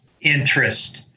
interest